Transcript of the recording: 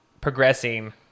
progressing